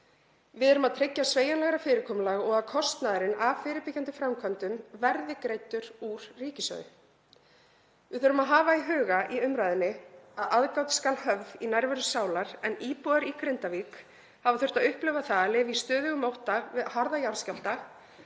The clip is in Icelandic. Við erum að tryggja sveigjanlegra fyrirkomulag og að kostnaðurinn af fyrirbyggjandi framkvæmdum verði greiddur úr ríkissjóði. Við þurfum að hafa í huga í umræðunni að aðgát skal höfð í nærveru sálar, en íbúar í Grindavík hafa þurft að upplifa það að lifa í stöðugum ótta við harða jarðskjálfta